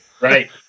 Right